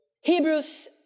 Hebrews